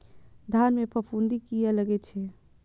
धान में फूफुंदी किया लगे छे?